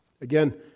Again